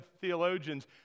theologians